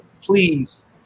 please